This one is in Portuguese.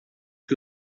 que